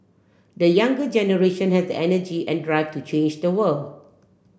the younger generation has energy and drive to change the world